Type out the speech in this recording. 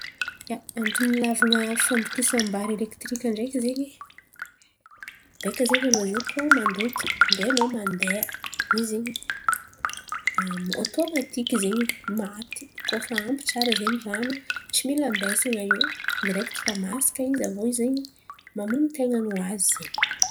Antony hilavan̈a fandokisan̈a vary elekitironiky ndraiky zen̈y. Beka zen̈y anô zio koa mandoky ndray anô mandeha izy ze ôtômatiky zen̈y maty; koa fa ampy tsara zen̈y ran̈o tsy mila hiambesan̈a io direkity fa masaka izy mamono tain̈a ny hoazy ze.